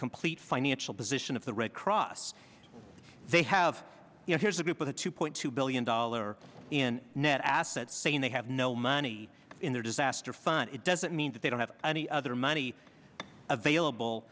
complete financial position of the red cross they have you know here's a group with a two point two billion dollar in net assets saying they have no money in their disaster fund it doesn't mean that they don't have any other money available